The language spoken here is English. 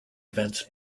events